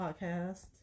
podcast